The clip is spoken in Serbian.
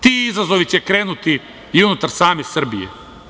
Ti izazovi će krenuti i unutar same Srbije.